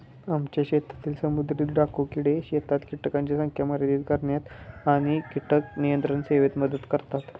आमच्या शेतातील समुद्री डाकू किडे शेतात कीटकांची संख्या मर्यादित करण्यात आणि कीटक नियंत्रण सेवेत मदत करतात